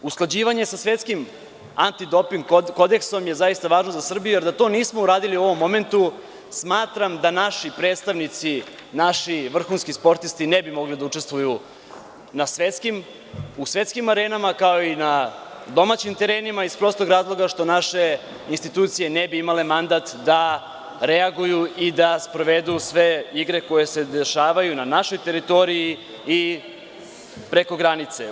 Usklađivanje sa svetskim antidoping kodeksom je zaista važno za Srbiju, jer da to nismo uradili u ovom momentu, smatram da naši predstavnici, naši vrhunski sportisti ne bi mogli da učestvuju na svetskim arenama, kao i na domaćim terenima, iz prostog razloga što naše institucije ne bi imale mandat da reaguju i da sprovedu sve igre koje se dešavaju na našoj teritoriji i preko granice.